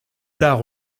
tard